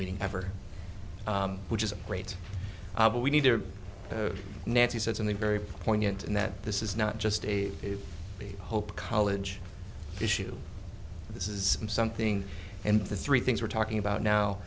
meeting ever which is great but we need to nancy said something very poignant and that this is not just a hope college issue this is something and the three things we're talking about now